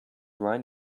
right